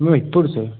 मैं महिदपुर से